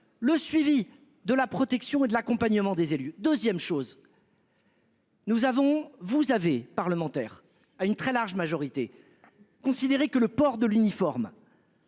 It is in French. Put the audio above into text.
Le suivi de la protection et de l'accompagnement des élus 2ème chose. Nous avons, vous avez parlementaire à une très large majorité considéré que le port de l'uniforme.